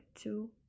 two